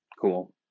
Cool